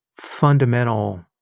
fundamental